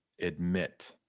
admit